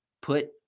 put